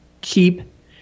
keep